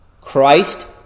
Christ